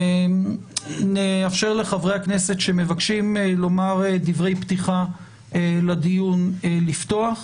נאפשר לחברי הכנסת שמבקשים לומר דברי פתיחה לדיון לפתוח,